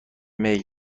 میل